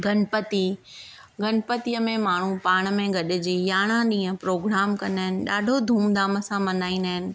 गणपती गणपतीअ में माण्हू पाण में गॾिजी यारहं ॾींहं प्रोग्राम कंदा आहिनि ॾाढो धूम धाम सां मनाईंदा आहिनि